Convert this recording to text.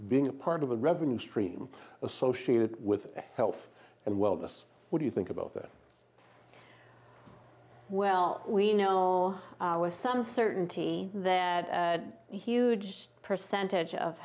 being a part of the revenue stream associated with health and wellness what do you think about it well we know our some certainty that huge percentage of